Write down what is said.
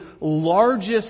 largest